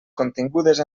contingudes